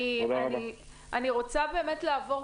אני רוצה לעבור,